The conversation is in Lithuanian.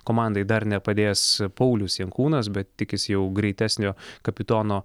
komandai dar nepadės paulius jankūnas bet tikisi jau greitesnio kapitono